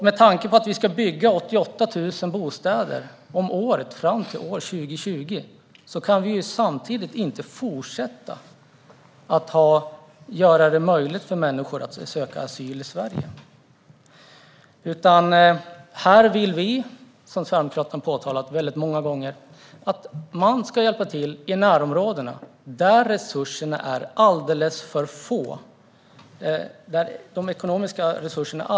Med tanke på att vi ska bygga 88 000 bostäder om året fram till år 2020 kan vi inte fortsätta att göra det möjligt för människor att söka asyl i Sverige. Här vill vi, vilket vi sverigedemokrater påpekat många gånger, att man ska hjälpa till i närområdena, där resurserna är alldeles för små.